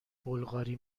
بلغاری